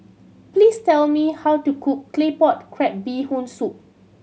please tell me how to cook Claypot Crab Bee Hoon Soup